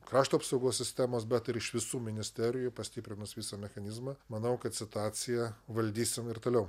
krašto apsaugos sistemos bet ir iš visų ministerijų pastiprinus visą mechanizmą manau kad situaciją valdysim ir toliau